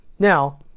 Now